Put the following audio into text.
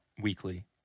weekly